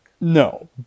No